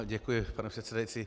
Děkuji, pane předsedající.